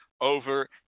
over